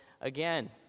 again